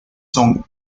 son